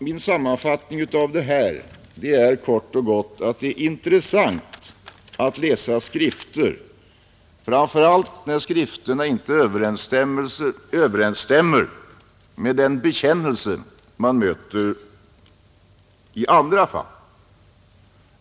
Min sammanfattning är kort och gott att det är intressant att läsa skrifter, framför allt när skrifterna inte överensstämmer med den bekännelse man möter i andra fall.